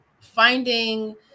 finding